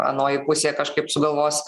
anoji pusė kažkaip sugalvos